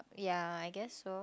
ya I guess so